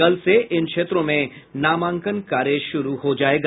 कल से इन क्षेत्रों में नामांकन कार्य शुरू हो जायेगा